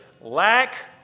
lack